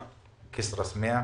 כיסרא-סמיע,